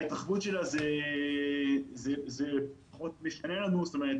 ההתרחבות פחות משנה לנו, זאת אומרת